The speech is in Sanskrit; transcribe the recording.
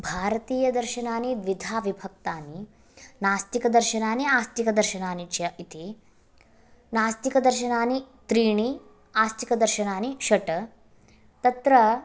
भारतीयदर्शनानि द्विधा विभक्तानि नास्तिकदर्शनानि आस्तिकदर्शनानि च इति नास्तिकदर्शनानि त्रीणि आस्तिकदर्शनानि षट् तत्र